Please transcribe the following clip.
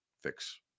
fix